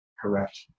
correct